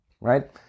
right